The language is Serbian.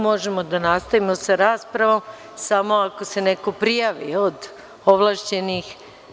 Možemo da nastavimo sa raspravom, samo ako se neko prijavi od ovlašćenih predstavnika.